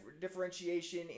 differentiation